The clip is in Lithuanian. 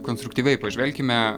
konstruktyviai pažvelkime